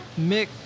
Mick